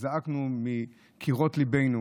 וזעקנו מקירות ליבנו